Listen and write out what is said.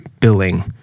billing